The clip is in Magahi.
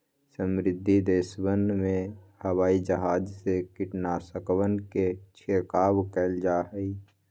समृद्ध देशवन में हवाई जहाज से कीटनाशकवन के छिड़काव कइल जाहई